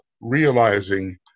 realizing